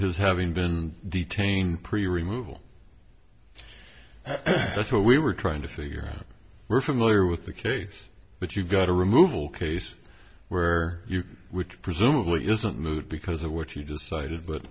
his having been detained pretty removeable that's what we were trying to figure we're familiar with the case but you've got a removal case where you which presumably isn't moot because of what you decided but